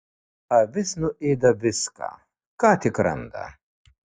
avis nuėda viską ką tik randa